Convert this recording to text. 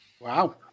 Wow